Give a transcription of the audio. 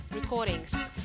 recordings